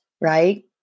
right